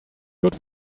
good